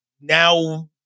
now